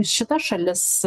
šitas šalis